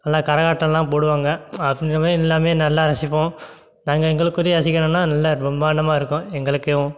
நல்லா கரகாட்டமெல்லாம் போடுவாங்க அசிங்கமே இல்லாம நல்லா ரசிப்போம் நாங்கள் எங்களுக்குரிய ரசிகருன்னால் நல்லா பிரம்மாண்டமாக இருக்கும் எங்களுக்கும்